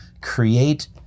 create